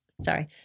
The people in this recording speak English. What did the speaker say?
sorry